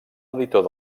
editor